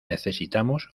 necesitamos